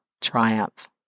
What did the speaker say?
triumph